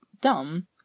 dumb